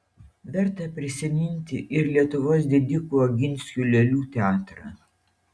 verta prisiminti ir lietuvos didikų oginskių lėlių teatrą